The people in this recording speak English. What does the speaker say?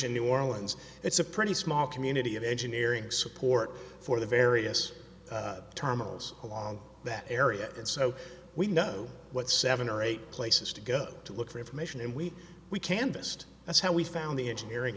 and new orleans it's a pretty small community of engineering support for the various terminals along that area and so we know what seven or eight places to go to look for information and we we canvassed that's how we found the engineering